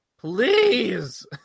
Please